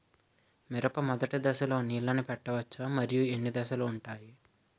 మిరప మొదటి దశలో నీళ్ళని పెట్టవచ్చా? మరియు ఎన్ని దశలు ఉంటాయి?